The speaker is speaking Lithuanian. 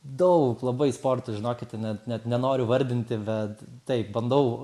daug labai sportų žinokite net net nenoriu vardinti bet taip bandau